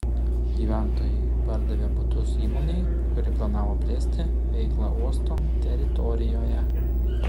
gyventojai pardavė butus įmonei kuri planavo plėsti veiklą uosto teritorijoje